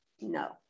no